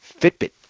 Fitbit